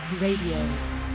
Radio